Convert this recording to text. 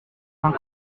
d’un